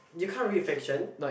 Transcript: you can't read fiction